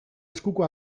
eskuko